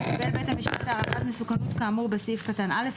קיבל בית המשפט הערכת מסוכנות כאמור בסעיף קטן (א),